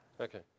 Okay